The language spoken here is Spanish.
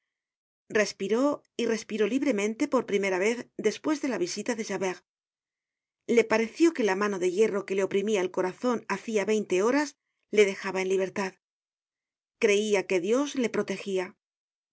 respiró y respiró libremente por primera vez despues de la visita de javert le pareció que la mano de hierro que le oprimia el corazon hacia veinte horas le dejaba en libertad creia que dios le protegia se dijo que